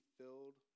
filled